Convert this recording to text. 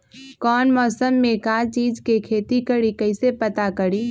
कौन मौसम में का चीज़ के खेती करी कईसे पता करी?